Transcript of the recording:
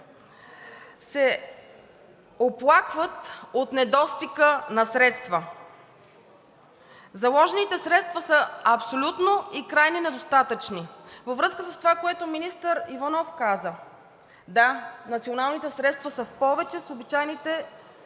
се оплакват от недостига на средства. Заложените средства са абсолютно и крайно недостатъчни. Във връзка с това, което министър Иванов каза. Да, националните средства са в повече от обичайните годишни